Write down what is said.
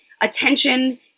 attention